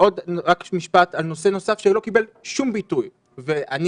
רק משפט על נושא נוסף שלא קיבל שום ביטוי ואני